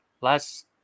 last